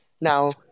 Now